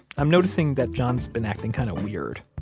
i'm noticing that john's been acting kind of weird.